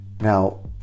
Now